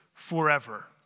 forever